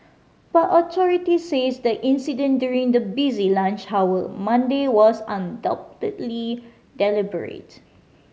but authorities said the incident during the busy lunch hour Monday was undoubtedly deliberate